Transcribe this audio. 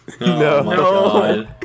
No